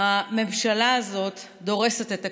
הממשלה הזאת דורסת את הכנסת,